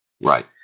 Right